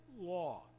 law